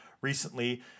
recently